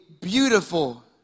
beautiful